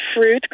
fruit